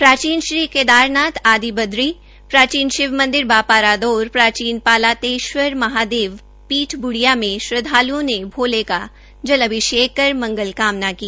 प्राचीन श्री केदारनाथ आदी बद्री प्राचीन शिव मंदिर बापा रादौर प्राचीन श्री पातालेश्वर महादेव पीठ बूडिया में श्रद्वाल्ओं ने भोले का जलाभिषेक कर मंगल कामना की